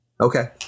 Okay